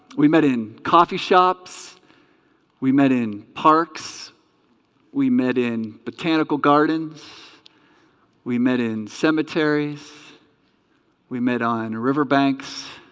we met in coffee shops we met in parks we met in botanical gardens we met in cemeteries we met on and riverbanks